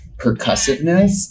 percussiveness